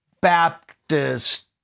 Baptist